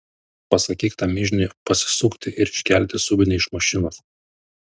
pasakyk tam mižniui pasisukti ir iškelti subinę iš mašinos